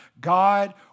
God